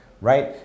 right